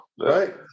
Right